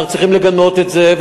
אנחנו צריכים לגנות את זה,